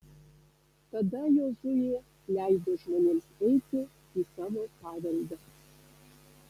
tada jozuė leido žmonėms eiti į savo paveldą